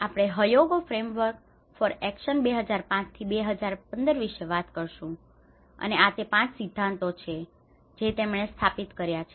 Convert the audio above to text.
આપણે Hyogo framework for action 2005 થી 2015 વિશે વાત કરીશું અને આ તે 5 સિદ્ધાંતો છે જે તેમણે સ્થાપિત કર્યા છે